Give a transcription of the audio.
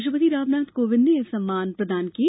राष्ट्रपति रामनाथ कोविंद ने ये सम्मान प्रदान किये